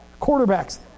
Quarterbacks